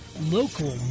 local